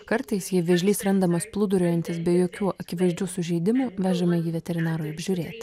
kartais jei vėžlys randamas plūduriuojantis be jokių akivaizdžių sužeidimų vežame jį veterinarui apžiūrėti